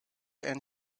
and